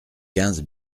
quinze